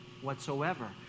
whatsoever